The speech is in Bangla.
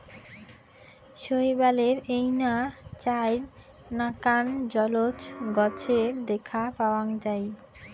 শৈবালের এইনা চাইর নাকান জলজ গছের দ্যাখ্যা পাওয়াং যাই